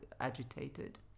agitated